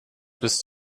bist